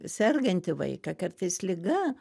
sergantį vaiką kartais liga